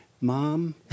Mom